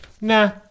nah